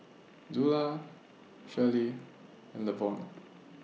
Zula Charley and Levon